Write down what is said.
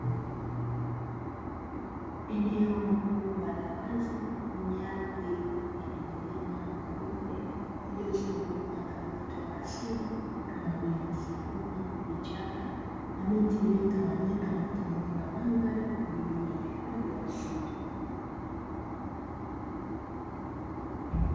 Eneo kubwa la wazi, lenye ardhi yenye milima na mabonde ,iliyozungukwa na uoto wa asili kama vile; nyasi fupi, vichaka na miti, iliyotawanyika na kutengeneza mandhari kwa ajili ya hifadhi ya misitu.